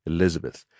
Elizabeth